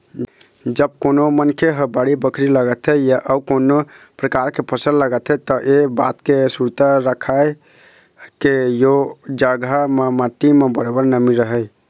जब कोनो मनखे ह बाड़ी बखरी लगाथे या अउ कोनो परकार के फसल लगाथे त ऐ बात के सुरता राखय के ओ जघा म माटी म बरोबर नमी रहय